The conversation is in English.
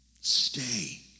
Stay